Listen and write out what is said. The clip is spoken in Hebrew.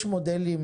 יש מודלים,